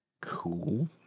cool